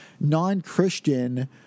non-Christian